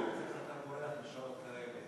אי-אפשר בשעות כאלה.